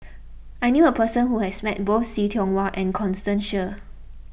I knew a person who has met both See Tiong Wah and Constance Sheares